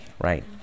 right